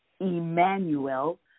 Emmanuel